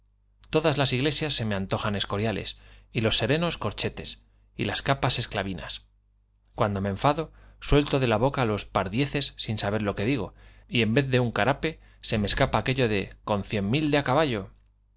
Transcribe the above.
todas las iglesias se me antojan escoriales y los serenos corchetes y las capas esclavinas cuando me enfado suelto de la boca los par dieses sin saber lo que digo y en vez de un carape se me scapa aquello de i con cien mil ele á caballo